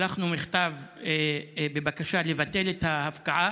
שלחנו מכתב בבקשה לבטל את ההפקעה,